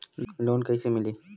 Loan कईसे मिली?